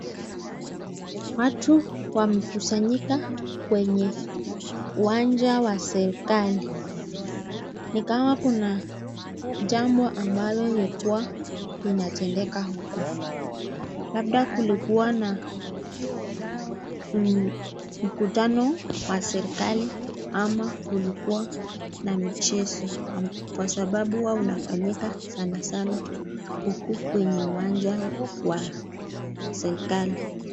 Watu wamekusanyika kwenye uwanja wa serikali, ni kama Kuna jambo ambalo ilikuwa inatendeka huku. Labda kulikuwa na mkutano wa serikali ama kulikuwa na michezo. Kwa sabababu huwa unafanyika sana sana huku kwenye uwanja wa serikali.